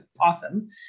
awesome